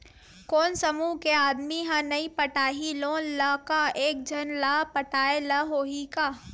कोन समूह के आदमी हा नई पटाही लोन ला का एक झन ला पटाय ला होही का?